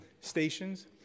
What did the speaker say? stations